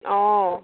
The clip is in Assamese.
অঁ